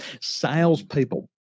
Salespeople